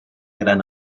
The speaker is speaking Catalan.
gran